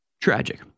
tragic